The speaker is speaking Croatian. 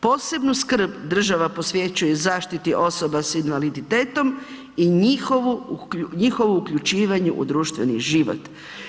Posebnu skrb država posvećuje zaštiti osoba sa invaliditetom i njihovu uključivanju u društveni život.